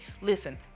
Listen